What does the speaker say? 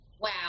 Wow